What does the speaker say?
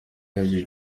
yabagiriye